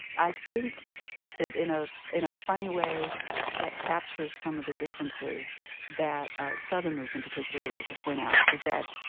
i think that in ah in a funny way that captures some of the differences that southerners in particular would like to point out. is that,